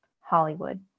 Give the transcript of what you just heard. Hollywood